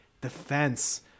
defense